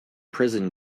prison